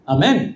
Amen